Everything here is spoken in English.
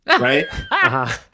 Right